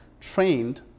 trained